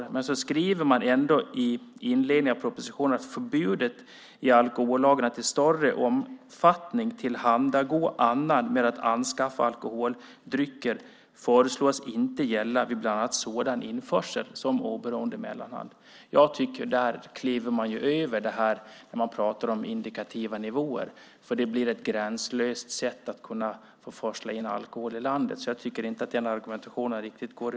Samtidigt skriver man i inledningen till propositionen att "förbudet i alkohollagen att i större omfattning tillhandagå annan med att anskaffa alkoholdrycker föreslås inte gälla vid bl.a. sådan införsel". Där tycker jag att man kliver över det som sägs om indikativa nivåer. Det blir ett gränslöst sätt att kunna forsla in alkohol i landet. Jag tycker alltså inte att den argumentationen riktigt håller.